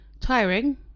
Tiring